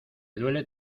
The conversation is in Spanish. duele